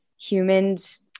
human's